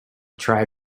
try